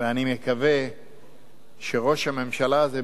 ואני מקווה שראש הממשלה הזה,